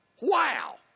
Wow